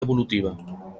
evolutiva